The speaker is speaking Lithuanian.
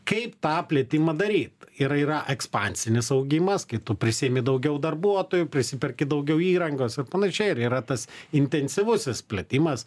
kaip tą plėtimą daryt ir yra ekspansinis augimas kai tu prisiimi daugiau darbuotojų prisiperki daugiau įrangos ir panašiai ir yra tas intensyvusis plitimas